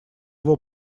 его